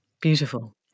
Beautiful